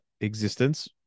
existence